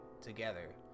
together